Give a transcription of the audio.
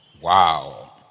Wow